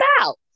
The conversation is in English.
out